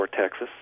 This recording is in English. Texas